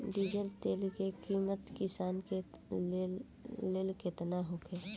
Diesel तेल के किमत किसान के लेल केतना होखे?